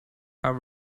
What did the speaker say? are